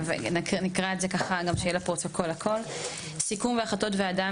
נקרא את זה שיהיה לפרוטוקול סיכום והחלטות הוועדה,